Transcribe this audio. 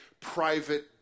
private